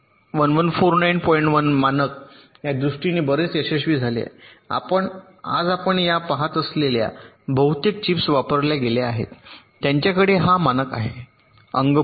1 मानक या दृष्टीने बरेच यशस्वी झाले आहे आपण आज आपण पहात असलेल्या बहुतेक चिप्स वापरल्या गेल्या आहेत त्यांच्याकडे हा मानक आहे अंगभूत